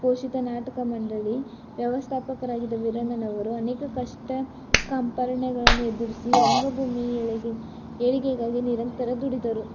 ಪೋಷಿತ ನಾಟಕ ಮಂಡಳಿ ವ್ಯವಸ್ಥಾಪಕರಾಗಿದ್ದ ವೀರಣ್ಣನವರು ಅನೇಕ ಕಷ್ಟ ಕಾರ್ಪಣ್ಯಗಳನ್ನು ಎದುರಿಸಿ ರಂಗಭೂಮಿ ಏಳಿಗೆ ಏಳಿಗೆಗಾಗಿ ನಿರಂತರ ದುಡಿದರು